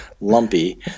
lumpy